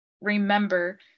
remember